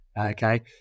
okay